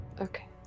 Okay